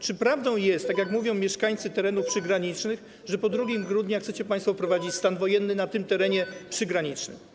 Czy prawdą jest, tak jak mówią mieszkańcy terenów przygranicznych, że po 2 grudnia chcecie państwo wprowadzić stan wojenny na tym terenie przygranicznym?